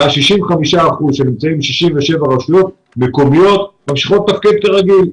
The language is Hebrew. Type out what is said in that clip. ב-65 אחוזים שנמצאים ב-67 רשויות מקומיות ממשיכות לתפקד כרגיל.